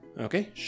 okay